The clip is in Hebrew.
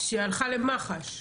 שהלכה למח"ש.